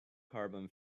carbon